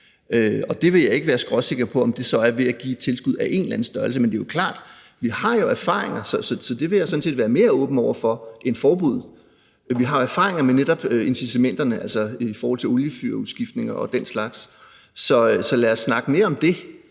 Og det vil jeg ikke være skråsikker på, altså om det så er ved at give et tilskud af en eller anden størrelse. Men det er klart, at vi jo har erfaringer, så det vil jeg sådan set være mere åben over for end et forbud. Vi har erfaringer med netop incitamenterne i forhold til oliefyrudskiftning og den slags. Så lad os snakke mere om det,